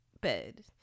bed